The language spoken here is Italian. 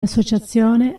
associazione